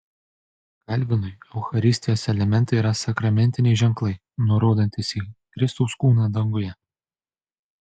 kalvinui eucharistijos elementai yra sakramentiniai ženklai nurodantys į kristaus kūną danguje